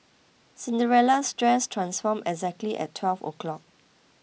Cinderella's dress transformed exactly at twelve o'clock